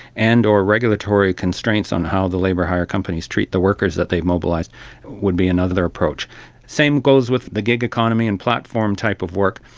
and or regulatory constraints on how the labour hire companies treat the workers that they mobilise would be another approach. the same goes with the gig economy and platform type of work.